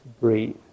breathe